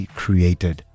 created